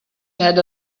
had